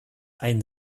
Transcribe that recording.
ein